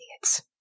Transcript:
idiots